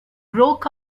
broke